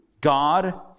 God